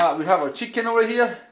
um we have a chicken over here.